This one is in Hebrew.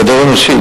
גדר אנושית,